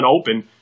open